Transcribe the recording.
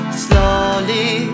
slowly